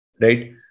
Right